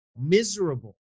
miserable